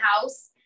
house